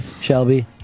Shelby